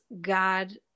God